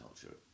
culture